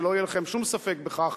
שלא יהיה לכם שום ספק בכך,